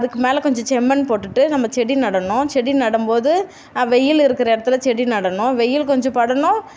அதுக்கு மேலே கொஞ்சம் செம்மண்ணு போட்டுகிட்டு நம்ம செடி நடணும் செடி நடும் போது வெயில் இருக்கிற இடத்துல செடி நடணும் வெயில் கொஞ்சம் படணும்